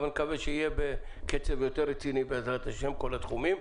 אבל נקווה שיהיה בקצב יותר רציני בעזרת ה' כל התחומים.